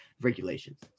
regulations